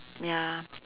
ya